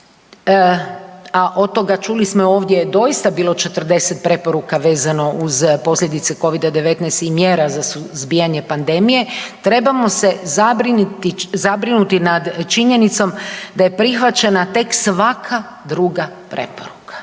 a od toga čuli smo i ovdje je doista bilo 40 preporuka vezano uz posljedice Covid-19 i mjera za suzbijanje pandemije, trebamo se zabrinuti nad činjenicom da je prihvaćena tek svaka druga preporuka.